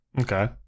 Okay